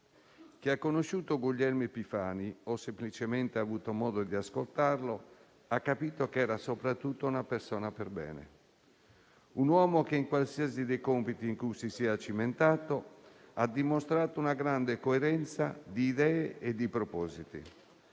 chi ha conosciuto Guglielmo Epifani, o semplicemente ha avuto modo di ascoltarlo, ha capito che era soprattutto una persona perbene. Un uomo che, in qualunque compito si sia cimentato, ha dimostrato una grande coerenza di idee e di propositi,